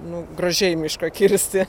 nu gražiai mišką kirsti